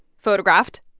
photographed,